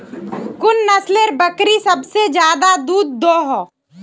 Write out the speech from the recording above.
कुन नसलेर बकरी सबसे ज्यादा दूध दो हो?